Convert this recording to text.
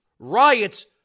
riots